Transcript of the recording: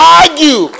argue